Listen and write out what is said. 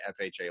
FHA